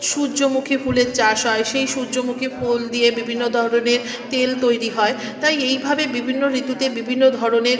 সূর্যমুখী ফুলের চাষ হয় সেই সূর্যমুখী ফুল দিয়ে বিভিন্ন ধরনের তেল তৈরি হয় তাই এইভাবে বিভিন্ন ঋতুতে বিভিন্ন ধরনের